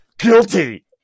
Guilty